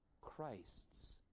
Christ's